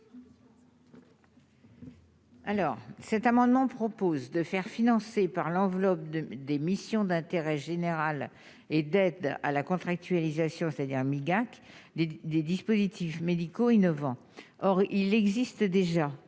Alors cet amendement propose de faire financer par l'enveloppe des missions d'intérêt général et d'aide à la contractualisation, c'est-à-dire des dispositifs médicaux innovants, or il existe déjà